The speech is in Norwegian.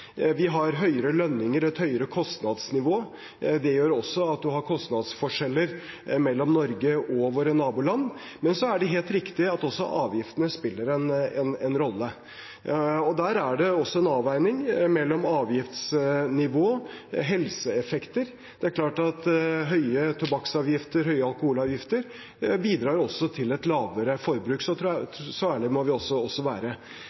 Vi har høyere lønninger og et høyere kostnadsnivå. Det gjør også at man har kostnadsforskjeller mellom Norge og våre naboland. Men så er det helt riktig at også avgiftene spiller en rolle. Der er det også en avveining mellom avgiftsnivå og helseeffekter. Det er klart at høye tobakksavgifter og høye alkoholavgifter også bidrar til et lavere forbruk. Så ærlige må vi også være.